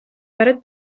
перед